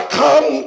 come